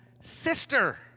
sister